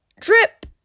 drip